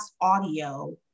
audio